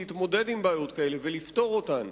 להתמודד עם בעיות כאלה ולפתור אותן,